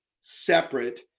separate